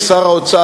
אדוני שר האוצר,